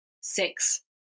six